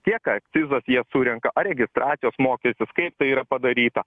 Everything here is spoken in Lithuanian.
kiek akcizus jie surenka ar registracijos mokesčius kaip tai yra padaryta